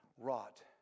wrought